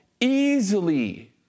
easily